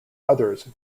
others